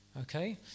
Okay